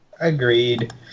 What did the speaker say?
Agreed